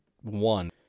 one